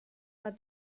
war